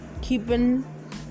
Keeping